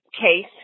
case